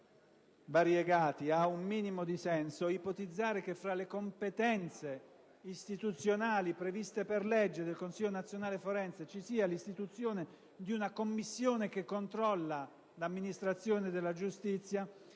variegati ha un minimo di senso, ipotizzare che fra le competenze istituzionali previste per legge del Consiglio nazionale forense ci sia l'istituzione di una commissione che controlla l'amministrazione della giustizia